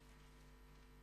יש לך